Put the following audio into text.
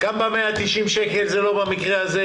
ב-190 שקל זה לא במקרה הזה,